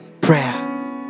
prayer